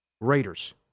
Raiders